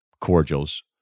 cordials